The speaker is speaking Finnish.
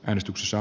äänestyksissä